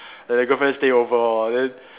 like the girlfriend stay over hor then